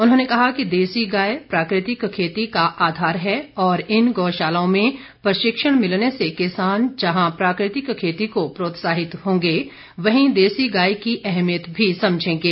उन्होंने कहा कि देसी गाय प्राकृतिक खेती का आधार है और इन गौशालाओं में प्रशिक्षण मिलने से किसान जहां प्राकृतिक खेती को प्रोत्साहित होंगे वहीं देसी गाय की एहमियत भी समझेंगे